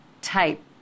type